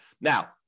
Now